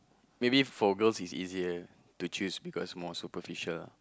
maybe for girls it's easier to choose because more superficial ah